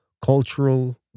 cultural